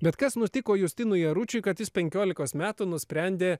bet kas nutiko justinui jaručiui kad jis penkiolikos metų nusprendė